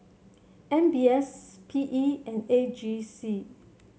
M B S P E and AG C